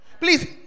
Please